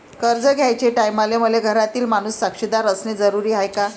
कर्ज घ्याचे टायमाले मले घरातील माणूस साक्षीदार असणे जरुरी हाय का?